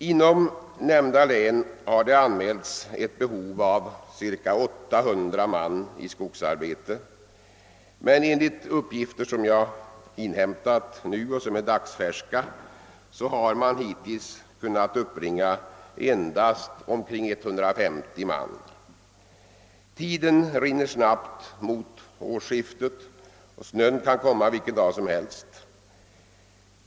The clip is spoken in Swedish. Inom länet har ett behov av cirka 800 skogsarbetare anmälts. Enligt dagsfärska uppgifter har man hittills kunnat uppbringa endast omkring 150 man. Tiden rinner snabbt mot årsskiftet, och snön kan komma vilken dag som helst.